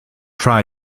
try